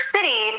City